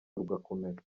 rugakomera